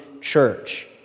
church